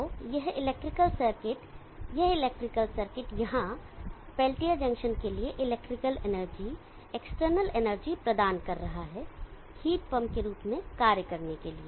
तो यह electrical circuit यह इलेक्ट्रिकल सर्किट यहाँ पेल्टियर जंक्शन के लिए इलेक्ट्रिकल एनर्जी एक्सटर्नल एनर्जी प्रदान कर रहा है हीट पंप के रूप में कार्य करने के लिए